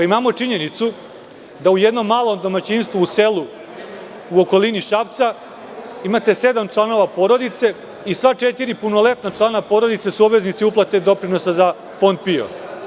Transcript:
Imamo činjenicu da u jednom malom domaćinstvu u selu u okolini Šapca imate sedam članova porodice i sva četiri punoletna člana porodice su obveznici uplate doprinosa za Fond PIO.